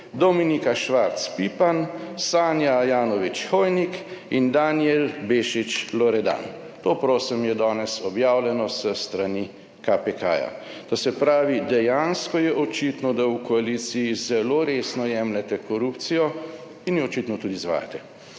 Dominika Švarc Pipan, Sanja Ajanović Hojnik in Danijel Bešič Loredan. To, prosim, je danes objavljeno s strani KPK. To se pravi, dejansko je očitno, da v koaliciji zelo resno jemljete korupcijo in jo očitno tudi izvajate.